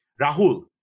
Rahul